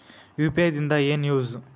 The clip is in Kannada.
ಯು.ಪಿ.ಐ ದಿಂದ ಏನು ಯೂಸ್?